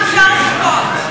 כמה זמן אפשר לחכות?